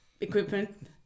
equipment